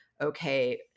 okay